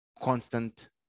constant